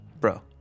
bro